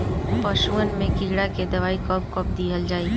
पशुअन मैं कीड़ा के दवाई कब कब दिहल जाई?